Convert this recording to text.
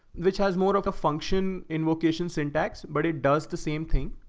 which has more of a function in vocation syntax, but it does the same thing.